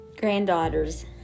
granddaughter's